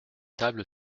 table